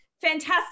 Fantastic